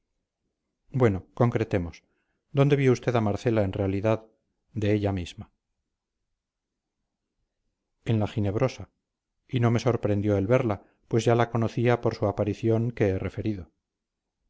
bueno concretemos dónde vio usted a marcela en realidad de ella misma en la ginebrosa y no me sorprendió el verla pues ya la conocía por su aparición que he referido